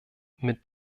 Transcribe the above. mit